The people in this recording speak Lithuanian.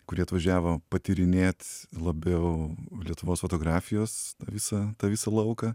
kurie atvažiavo patyrinėt labiau lietuvos fotografijos visą tą visą lauką